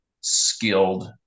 skilled